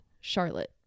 Charlotte